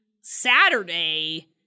Saturday